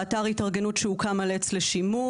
באתר של התארגנות שהוקם על עץ לשימור,